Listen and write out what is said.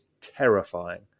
terrifying